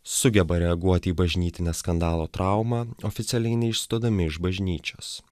sugeba reaguoti į bažnytinę skandalo traumą oficialiai neišstodami iš bažnyčios